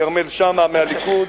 כרמל שאמה מהליכוד,